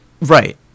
Right